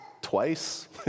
twice